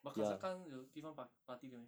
but kazakhstan 有地方 par~ party 的 meh